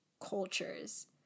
cultures